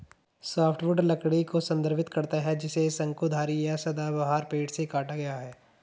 softwood लकड़ी को संदर्भित करता है जिसे शंकुधारी या सदाबहार पेड़ से काटा गया है